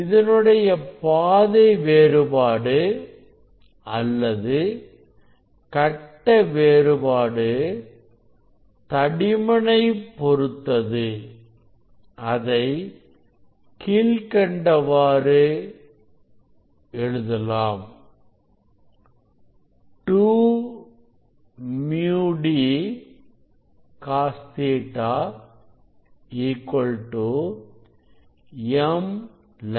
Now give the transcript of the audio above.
இதனுடைய பாதை வேறுபாடு அல்லது கட்ட வேறுபாடு தடிமனை பொருத்தது அது கீழ்கண்டவாறு உள்ளது 2 µ d cos Ɵ m λ